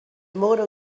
model